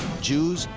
jews,